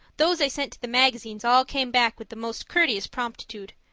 those i sent to the magazines all came back with the most courteous promptitude.